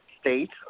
State